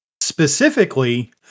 Specifically